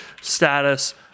status